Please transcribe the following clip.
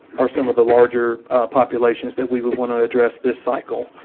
or some of the larger populations that we want to address this cycle.